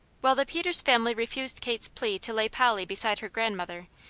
while the peters family refused kate's plea to lay polly beside her grandmother,